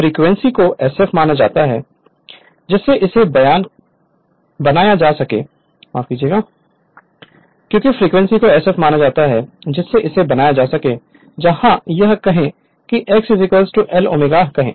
Refer Slide Time 2548 क्योंकि frequency को sf माना जाता है जिससे इसे बनाया जा सके जहाँ यह कहें कि x Lω कहें